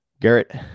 Garrett